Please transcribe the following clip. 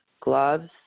gloves